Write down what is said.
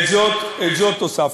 את זאת הוספת.